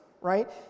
right